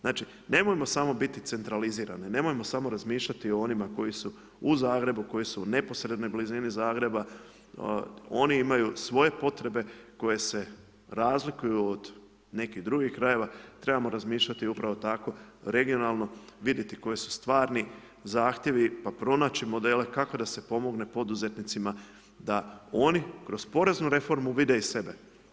Znači, nemojmo samo biti centralizirano, nemojmo samo razmišljati o onima koji su u Zagrebu, koji su u neposrednoj blizini Zagreba, oni imaju svoje potrebe, koji se razlikuju od nekih drugih krajeva, trebamo razmišljati upravo tako, regionalno, vidjeti koji su stvarni zahtjevi pa pronaći modele, kako da se pomogne poduzetnicima, da oni kroz poreznu reformu vide i sebe.